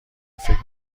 فکر